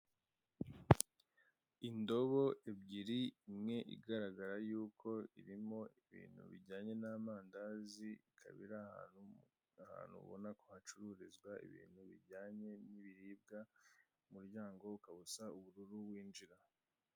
Indobo ebyiri imwe igaragara yuko irimo ibintu bijyanye n'amandazi ikaba iri ahantu, ahantu ubona ko hacururizwa bijyanye n'ibiribwa umuryango ukaba usa ubururu winjira.